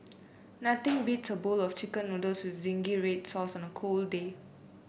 nothing beats a bowl of chicken noodles with zingy red sauce on a cold day